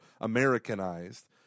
Americanized